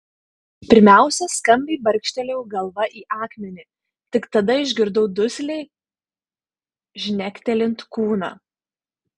pirmiausia skambiai barkštelėjau galva į akmenį tik tada išgirdau dusliai žnektelint kūną